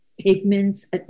pigments